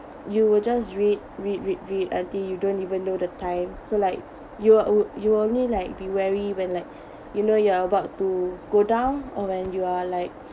you will just read read read read until you don't even know the time so like you are o~ you only like be wary when like you know you are about to go down or when you are like